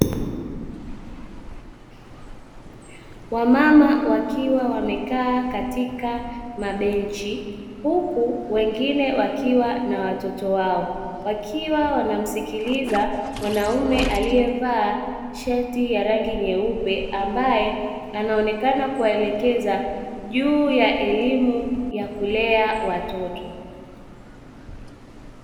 Wamama wakiwa wamekaa katika mabenchi huku wengine wakiwa na watoto wao wakiwa wanamsikiliza mwanaume aliyevaa shati ya rangi nyeupe, ambaye anaonekana kuwaelekeza juu ya elimu ya kulea watoto.